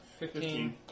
Fifteen